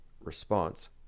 response